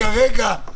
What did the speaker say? רגע, רגע.